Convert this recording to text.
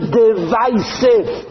divisive